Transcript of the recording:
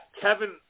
Kevin